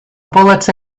bullets